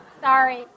Sorry